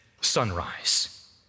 sunrise